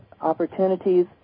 opportunities